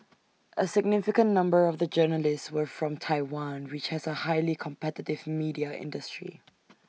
A significant number of the journalists were from Taiwan which has A highly competitive media industry